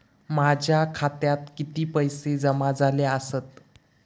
माझ्या खात्यात किती पैसे जमा झाले आसत?